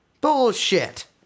Bullshit